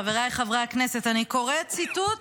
חבריי חברי הכנסת, אני קוראת ציטוט